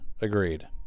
Agreed